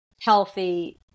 healthy